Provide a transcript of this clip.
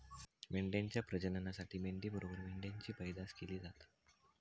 मेंढ्यांच्या प्रजननासाठी मेंढी बरोबर मेंढ्यांची पैदास केली जाता